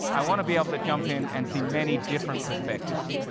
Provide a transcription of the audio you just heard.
i want to be able to jump in and see many different perspectives.